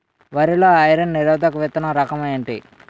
వరి లో ఐరన్ నిరోధక విత్తన రకం ఏంటి?